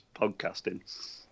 podcasting